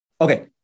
okay